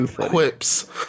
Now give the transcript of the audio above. quips